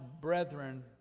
brethren